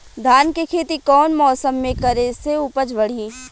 धान के खेती कौन मौसम में करे से उपज बढ़ी?